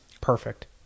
perfect